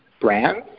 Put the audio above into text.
brands